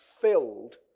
filled